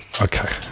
Okay